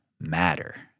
matter